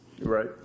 Right